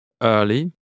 early